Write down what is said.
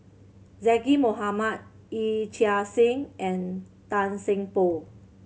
Zaqy Mohamad Yee Chia Hsing and Tan Seng Poh